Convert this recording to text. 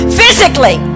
physically